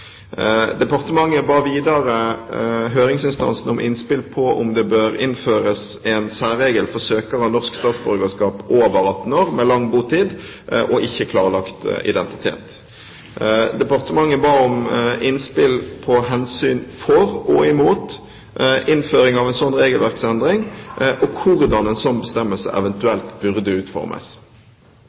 Departementet ba videre høringsinstansene om innspill på om det bør innføres en særregel for søkere av norsk statsborgerskap over 18 år med lang botid og ikke klarlagt identitet. Departementet ba om innspill på hensyn for og imot innføring av en slik regelverksendring, og hvordan en slik bestemmelse eventuelt burde utformes.